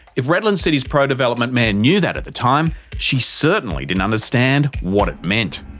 if redland city's pro-development mayor knew that at the time, she certainly didn't understand what it meant.